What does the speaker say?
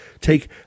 take